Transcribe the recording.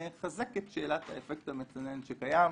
מחזקות את שאלת האפקט המצנן שקיים,